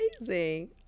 amazing